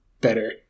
better